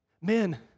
men